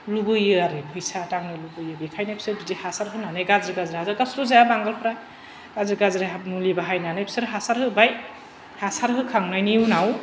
लुबैयो आरो फैसा दांनो लुबैयो बेखायनो बिसोर बिदि हासार होनानै गाज्रि गाज्रि हासार गावसोरथ' जाया बांगालफ्रा गाज्रि गाज्रि हासार मुलि बाहायनानै बिसोर हासार होबाय हासार होखांनायनि उनाव